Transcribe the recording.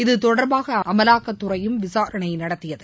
இதுதொடர்பாக அமலாக்கத்துறையும் விசாரணை நடத்தியது